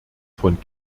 von